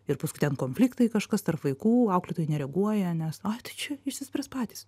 ir paskui ten konfliktai kažkas tarp vaikų auklėtojai nereaguoja nes ai tai čia išsispręs patys